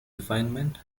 refinement